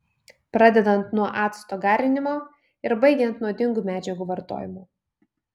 pradedant nuo acto garinimo ir baigiant nuodingų medžiagų vartojimu